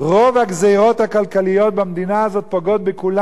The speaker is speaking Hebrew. רוב הגזירות הכלכליות במדינה הזאת פוגעות בכולם,